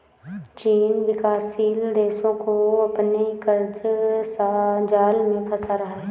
चीन विकासशील देशो को अपने क़र्ज़ जाल में फंसा रहा है